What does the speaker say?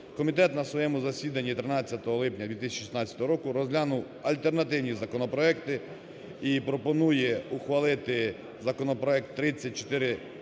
Комітет на своєму засіданні 13 липня 2016 року розглянув альтернативні законопроекти і пропонує ухвалити законопроект 3459-1,